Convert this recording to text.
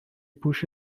پوش